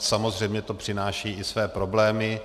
Samozřejmě to přináší i své problémy.